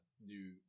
new